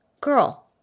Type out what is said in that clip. girl